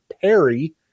Perry